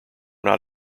not